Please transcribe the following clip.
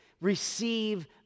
Receive